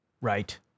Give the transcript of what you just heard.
right